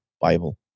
Bible